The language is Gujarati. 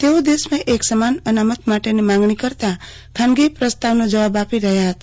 તેઓ દેશમાં એક સમાન અનામત માટેની માંગણી કરતા ખાનગી પ્રસ્તાવનો જવાબ આપી રહ્યા હતા